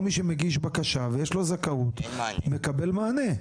כל מי שמגיש בקשה ויש לו זכאות מקבל מענה.